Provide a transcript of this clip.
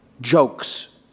jokes